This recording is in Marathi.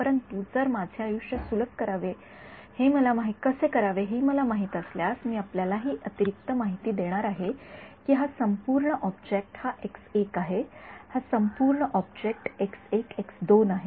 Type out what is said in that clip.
परंतु जर माझे आयुष्य सुलभ कसे करावे हे मला माहित असल्यास मी आपल्याला ही अतिरिक्त माहिती देणार आहे की हा संपूर्ण ऑब्जेक्ट हा आहे हा संपूर्ण ऑब्जेक्ट आहे